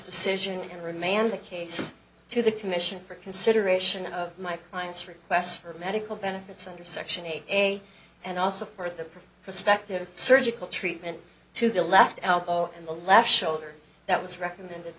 decision and remand the case to the commission for consideration of my client's requests for medical benefits under section eight and also for the prospective surgical treatment to the left elbow in the left shoulder that was recommended